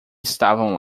estavam